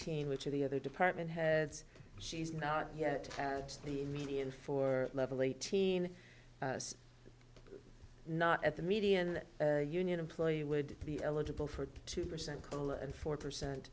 team which of the other department heads she's not yet at the median for level eighteen not at the median union employee would be eligible for two percent cola and four percent